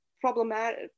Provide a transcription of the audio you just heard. problematic